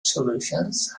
solutions